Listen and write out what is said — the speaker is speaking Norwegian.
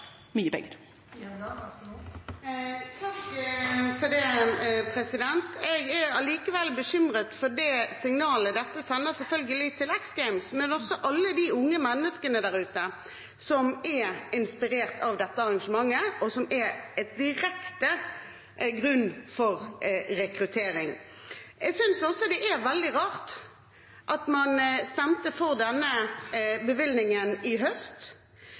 mye penger. Jeg er likevel bekymret for det signalet dette sender til X Games, men også til alle de unge menneskene der ute som er inspirert av dette arrangementet, som er en direkte grunn for rekruttering. Jeg synes også det er veldig rart at man stemte for denne bevilgningen i høst,